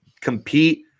compete